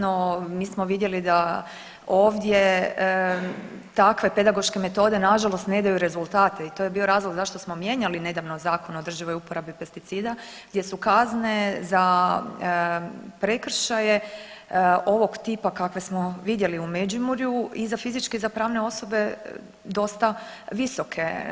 No, mi smo vidjeli da ovdje takve pedagoške metode na žalost ne daju rezultate i to je bio razlog zašto smo mijenjali nedavno Zakon o održivoj uporabi pesticida, gdje su kazne za prekršaje ovog tipa kakve smo vidjeli u Međimurju i za fizičke i za pravne osobe dosta visoke.